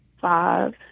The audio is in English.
five